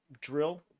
drill